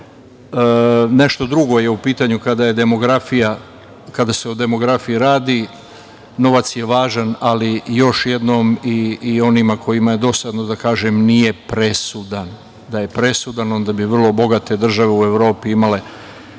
nešto drugo je u pitanju kada se o demografiji radi. Novac je važan, ali, još jednom, i onima kojima je dosadno, da kažem – nije presudan. Da je presudan, onda bi vrlo bogate države u Evropi imale